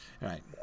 Right